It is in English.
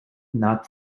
not